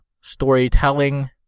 storytelling